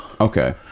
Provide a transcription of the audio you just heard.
okay